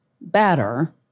better